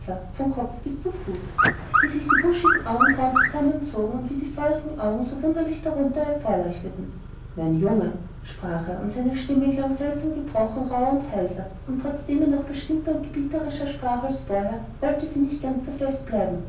von kopf bis zu fuß wie sich die buschigen augenbrauen zusammenzogen und wie die feurigen augen so wunderlich drunter hervorleuchteten mein junge sprach er und seine stimme klang seltsam gebrochen rauh und heiser und trotzdem er noch bestimmter und gebieterischer sprach als vorher wollte sie nicht so ganz fest bleiben